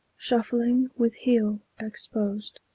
shuffling, with heel exposed,